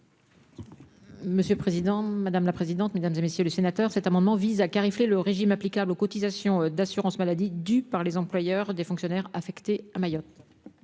Monsieur le président, madame la présidente, mesdames et messieurs les sénateurs, cet amendement vise à clarifier le régime applicable aux cotisations d'assurance-maladie due par les employeurs des fonctionnaires affectés à Mayotte.